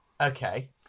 Okay